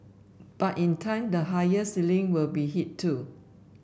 but in time the higher ceiling will be hit too